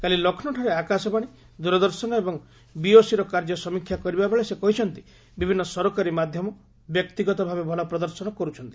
କାଲି ଲକ୍ଷ୍ନୌଠାରେ ଆକାଶବାଣୀ ଦୂରଦର୍ଶନ ଏବଂ ବିଓସିର କାର୍ଯ୍ୟ ସମୀକ୍ଷା କରିବାବେଳେ ସେ କହିଛନ୍ତି ବିଭିନ୍ନ ସରକାରୀ ମାଧ୍ୟମ ବ୍ୟକ୍ତିଗତ ଭାବେ ଭଲ ପ୍ରଦର୍ଶନ କରୁଛନ୍ତି